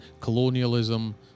colonialism